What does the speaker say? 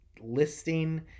listing